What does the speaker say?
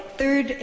third